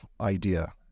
idea